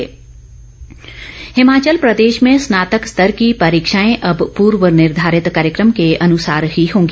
high court Himachal Pradesh में स्नातक स्तर की परीक्षाएं अब पूर्व निर्घारित कार्यकम के अनुसार ही होंगी